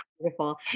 beautiful